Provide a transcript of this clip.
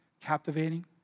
captivating